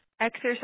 Exercise